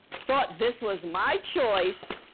thought this was my choice,